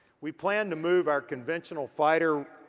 we plan to move our conventional fighter,